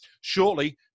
shortly